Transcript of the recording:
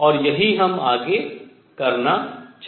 और यही हम आगे करना चाहते हैं